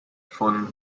von